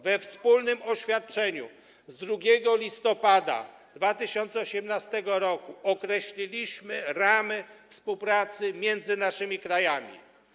We wspólnym oświadczeniu z 2 listopada 2018 r. określiliśmy ramy współpracy między naszymi krajami.